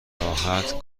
راحت